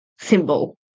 symbol